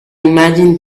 imagine